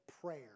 prayer